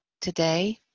today